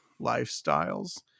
lifestyles